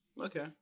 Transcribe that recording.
Okay